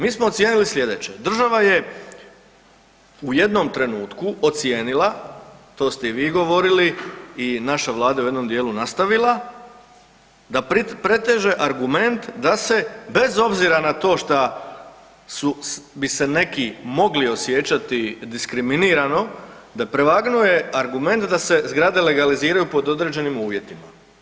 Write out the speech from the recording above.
Mi smo ocijenili sljedeće, država je u jednom trenutku ocijenila to ste i vi govorili i naša Vlada u jednom dijelu nastavila da preteže argument da se bez obzira na to što bi se neki mogli osjećati diskriminirano da prevagnjuje argument da se zgrade legaliziraju pod određenim uvjetima.